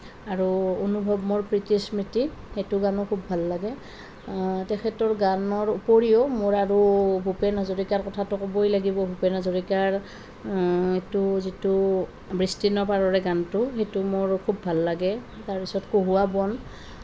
আৰু অনুভৱ মোৰ প্ৰীতি স্মৃতি সেইটো গানো খুব ভাল লাগে তেখেতৰ গানৰ উপৰিও মোৰ আৰু ভূপেন হাজৰিকাৰ কথাটো ক'বই লাগিব ভূপেন হাজৰিকাৰ এইটো যিটো বিস্তীৰ্ণ পাৰৰে গানটো সেইটো মোৰ খুব ভাল লাগে তাৰপিছত কহুৱা বন